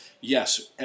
Yes